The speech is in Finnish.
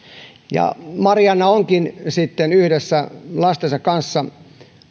kautta seitsemäntenä marianna onkin sitten yhdessä lastensa kanssa